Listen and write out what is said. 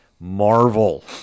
Marvel